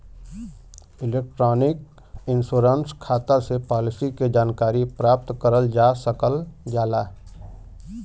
electronic insurance खाता से policy के जानकारी प्राप्त करल जा सकल जाला